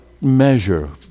measure